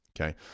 Okay